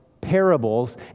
parables